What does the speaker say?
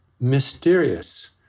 mysterious